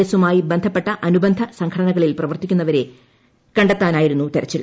എസുമായി ബന്ധപ്പെട്ട അനുബന്ധ സംഘടനകളിൽ പ്രവർത്തിക്കുന്നവരെ കണ്ടെത്തനായിരുന്നു തെരച്ചിൽ